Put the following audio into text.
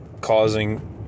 causing